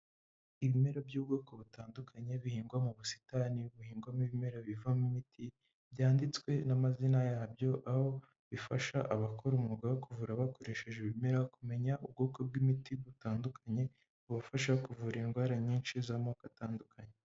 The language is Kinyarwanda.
Ibimera by'ubwoko butandukanye bihingwa mu busitani buhingwamo ibimera bivamo imiti byanditswe n'amazina yabyo, aho bifasha abakora umwuga wo kuvura bakoresheje ibimera kumenya ubwoko bw'imiti butandukanye bubafasha kuvura indwara nyinshi z'amoko atandukanye.